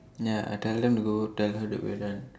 ya I tell them to go tell her that we are done